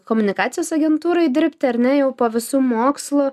komunikacijos agentūroj dirbti ar ne jau po visų mokslų